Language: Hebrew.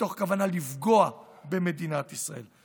מתוך כוונות לפגוע במדינת ישראל.